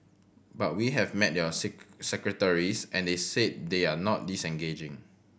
but we have met your seek secretaries and they said they are not disengaging